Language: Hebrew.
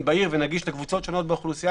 בהיר ונגיש לקבוצות שונות באוכלוסייה.